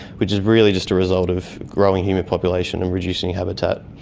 which is really just a result of growing human population and reducing habitat,